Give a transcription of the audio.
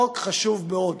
חוק חשוב מאוד.